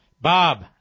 Bob